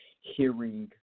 hearing